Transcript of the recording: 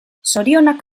zorionak